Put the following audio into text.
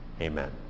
Amen